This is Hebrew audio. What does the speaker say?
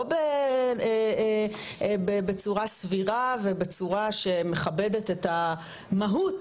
לא בצורה סבירה ובצורה שמכבדת את המהות